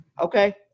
Okay